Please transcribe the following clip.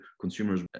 consumers